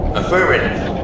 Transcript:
Affirmative